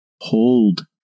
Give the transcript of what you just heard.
Hold